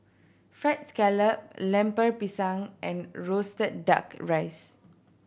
Fried Scallop Lemper Pisang and roasted Duck Rice